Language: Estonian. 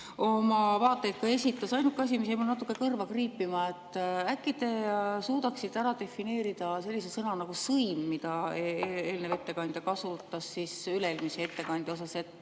oma vaateid esitas. Ainuke asi, mis jäi mul natuke kõrva kriipima: äkki te suudaksite ära defineerida sellise sõna nagu "sõim", mida eelnev ettekandja kasutas üle-eelmise ettekandja [sõnavõtu]